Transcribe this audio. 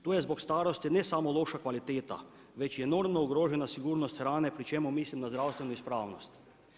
Tu je zbog starosti ne samo loša kvaliteta, već i enormno ugrožena sigurnost hrane pri čemu mislim na zdravstvenu ispravnost.